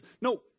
no